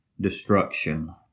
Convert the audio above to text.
destruction